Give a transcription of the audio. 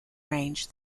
range